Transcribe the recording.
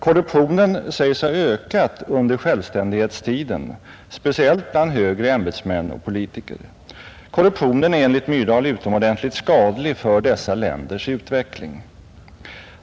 Korruptionen sägs ha ökat under självständighetstiden, speciellt bland högre ämbetsmän och politiker. Korruptionen är enligt Myrdal utomordentligt skadlig för dessa länders utveckling.